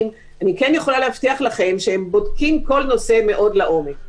אני כן יכולה להבטיח לכם שהם בודקים כל נושא מאוד לעומק.